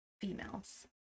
females